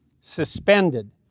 suspended